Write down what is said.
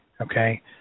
Okay